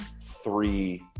three